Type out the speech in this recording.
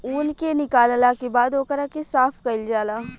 ऊन के निकालला के बाद ओकरा के साफ कईल जाला